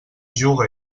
juga